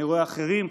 אני רואה אחרים,